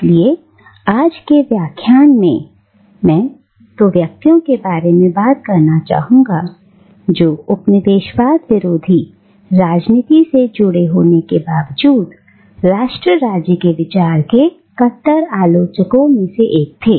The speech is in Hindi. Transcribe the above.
इसलिए आज के व्याख्यान में मैं तो व्यक्तियों के बारे में बात करना चाहता हूं जो उपनिवेशवाद विरोधी राजनीति से जुड़े होने के बावजूद राष्ट्र राज्य के विचार के कट्टर आलोचकों में से थे